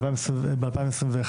ב-2021,